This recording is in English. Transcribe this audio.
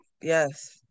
yes